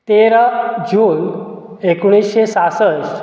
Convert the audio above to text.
तेरा जून एकुणीशें सासश्ट